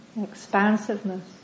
expansiveness